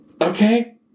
Okay